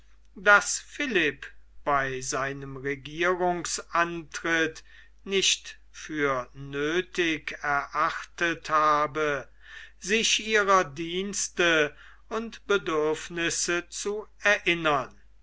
daß philipp bei seinem regierungsantritt nicht für nöthig erachtet habe sich ihrer dienste und bedürfnisse zu erinnern